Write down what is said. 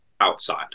outside